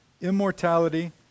immortality